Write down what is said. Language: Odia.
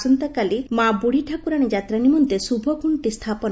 ଆସନ୍ତା କାଲି ହେବ ମା' ବୁଢ଼ୀ ଠାକୁରାଶୀ ଯାତ୍ରାନିମନ୍ତେ ଶୁଭଖୁଣ୍ଣି ସ୍ତାପନ